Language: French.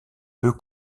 peu